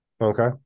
Okay